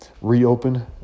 reopen